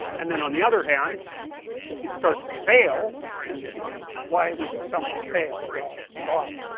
and then on the other hand if you start to fail, and you know, why would someone fail, well god,